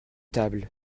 tables